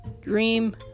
Dream